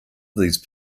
these